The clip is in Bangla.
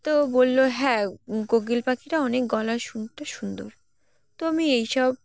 তো বললো হ্যাঁ কোকিল পাখিটা অনেক গলা শুনতে সুন্দর তো আমি এই সব